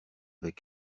avec